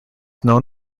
known